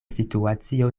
situacio